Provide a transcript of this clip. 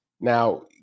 now